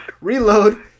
Reload